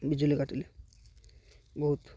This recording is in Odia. ବିଜୁଳି କାଟିଲେ ବହୁତ